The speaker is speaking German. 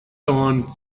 und